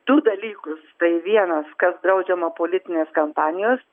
du dalykus tai vienas kas draudžiama politinės kampanijos